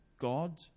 god